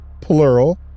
plural